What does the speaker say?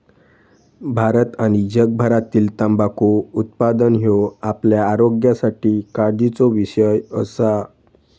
भारत आणि जगभरातील तंबाखू उत्पादन ह्यो आपल्या आरोग्यासाठी काळजीचो विषय असा